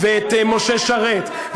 ואת משה שרת,